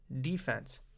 defense